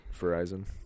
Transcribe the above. Verizon